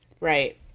Right